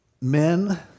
men